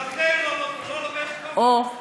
גם זה לא נותן, אוה.